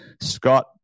Scott